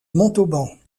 montauban